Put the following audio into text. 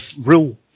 rule